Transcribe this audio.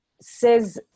says